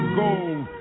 gold